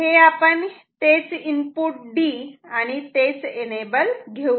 हे आपण तेच इनपुट D आणि तेच एनेबल घेऊ या